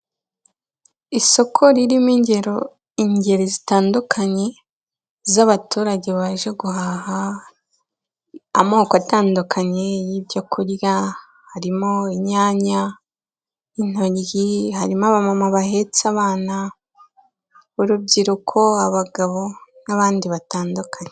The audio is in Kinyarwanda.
Isoko ririmo ingero ingeri zitandukanye z'abaturage baje guhaha amoko atandukanye y'ibyo kurya, harimo imyanya, intoryi, harimo abamama bahetse abana, urubyiruko, abagabo n'abandi batandukanye.